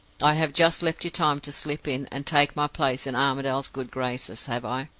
i have just left you time to slip in, and take my place in armadale's good graces, have i?